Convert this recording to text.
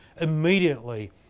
immediately